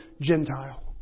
Gentile